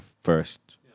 first